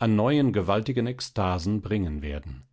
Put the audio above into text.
an neuen gewaltigen ekstasen bringen werden